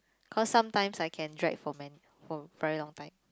cause sometimes I can drag for many for very long time